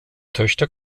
töchter